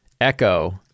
echo